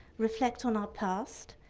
reflect on our past,